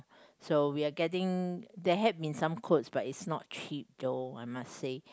so we are getting there had been some quotes but it's not cheap though I must say